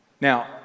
Now